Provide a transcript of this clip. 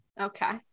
Okay